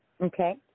Okay